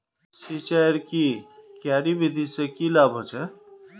सिंचाईर की क्यारी विधि से की लाभ होचे?